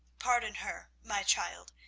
pardon her, my child,